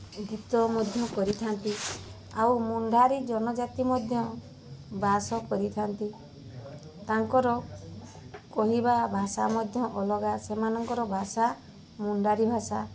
ଗୀତ ମଧ୍ୟ କରିଥାନ୍ତି ଆଉ ମୁଣ୍ଢାରୀ ଜନଜାତି ମଧ୍ୟ ବାସ କରିଥାନ୍ତି ତାଙ୍କର କହିବା ଭାଷା ମଧ୍ୟ ଅଲଗା ସେମାନଙ୍କର ଭାଷା ମୁଣ୍ଢାରୀ ଭାଷା